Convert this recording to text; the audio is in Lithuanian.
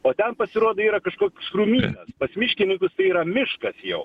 o ten pasirodo yra kažkoks krūmynas pas miškininkus tai yra miškas jau